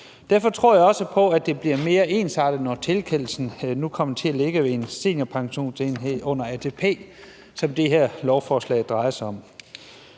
Derfor tror jeg også på, at det bliver mere ensartet, når tilkendelsen nu kommer til at ligge ved en seniorpensionsenhed under ATP, som det her lovforslag drejer sig om.